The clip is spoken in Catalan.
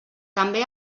també